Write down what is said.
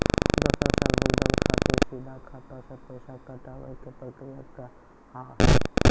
दोसर साल भुगतान खातिर सीधा खाता से पैसा कटवाए के प्रक्रिया का हाव हई?